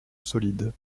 solide